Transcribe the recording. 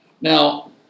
Now